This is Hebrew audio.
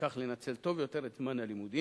וכך לנצל טוב יותר את זמן הלימודים.